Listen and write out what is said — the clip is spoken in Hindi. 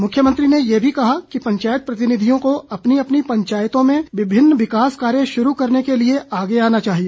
मुख्यमंत्री ने यह भी कहा कि पंचायत प्रतिनिधियों को अपनी अपनी पंचायतों में विभिन्न विकास कार्य शुरू करने के लिए आगे आना चाहिए